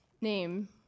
name